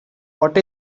what